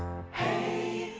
hey